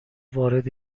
وارد